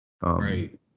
Right